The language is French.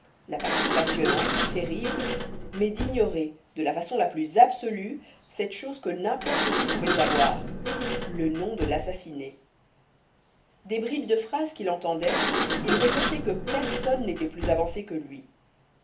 la partie passionnante terrible mais d'ignorer de la façon la plus absolue cette chose que n'importe qui pouvait savoir le nom de l'assassiné des bribes de phrases qu'il entendait il ressortait que personne n'était plus avancé que lui